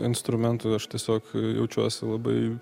instrumentų aš tiesiog jaučiuosi labai